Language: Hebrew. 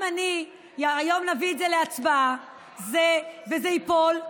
אם נביא את זה היום להצבעה וזה ייפול,